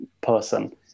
person